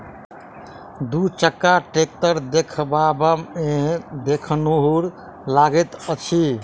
दू चक्का टेक्टर देखबामे देखनुहुर लगैत अछि